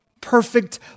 perfect